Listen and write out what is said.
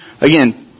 again